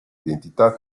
identità